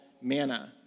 manna